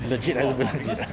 legit or not